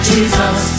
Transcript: Jesus